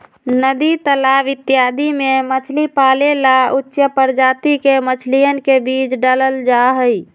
नदी तालाब इत्यादि में मछली पाले ला उच्च प्रजाति के मछलियन के बीज डाल्ल जाहई